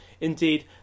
Indeed